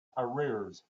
arrears